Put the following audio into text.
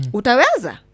utaweza